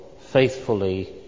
faithfully